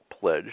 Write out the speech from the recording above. pledge